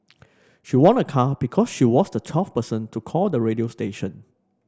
she won a car because she was the twelfth person to call the radio station